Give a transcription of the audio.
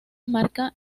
marca